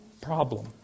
problem